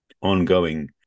ongoing